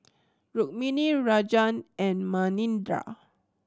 Rukmini Rajan and Manindra